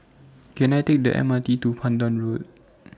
Can I Take The M R T to Pandan Road